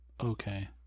Okay